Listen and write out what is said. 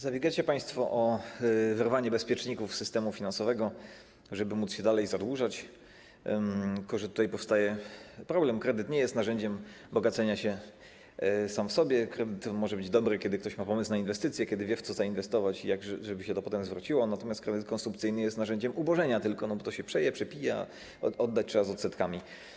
Zabiegacie państwo o wyrwanie bezpieczników z systemu finansowego, żeby móc się dalej zadłużać, tylko że tutaj powstaje problem, kredyt nie jest narzędziem bogacenia się sam w sobie, kredyt może być dobry, kiedy ktoś ma pomysł na inwestycje, kiedy wie, w co zainwestować i jak, żeby się to potem zwróciło, natomiast kredyt konsumpcyjny jest narzędziem ubożenia tylko, bo to się przeje, przepije, a oddać trzeba z odsetkami.